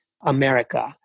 America